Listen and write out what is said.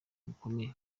bukomeye